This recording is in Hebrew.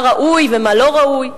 מה ראוי ומה לא ראוי,